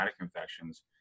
infections